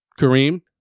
Kareem